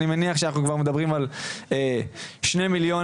אני מניח שאנחנו מדברים כבר על שני מיליון